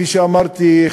כפי שאמרתי,